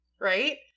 right